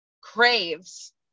craves